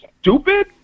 stupid